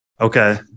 Okay